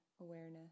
awareness